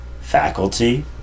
Faculty